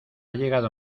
llegado